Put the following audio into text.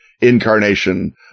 incarnation